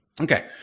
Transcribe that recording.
Okay